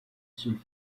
sul